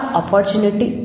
opportunity